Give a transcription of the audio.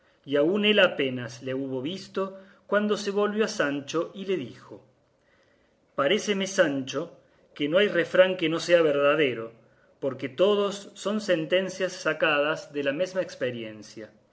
y aún él apenas le hubo visto cuando se volvió a sancho y le dijo paréceme sancho que no hay refrán que no sea verdadero porque todos son sentencias sacadas de la mesma experiencia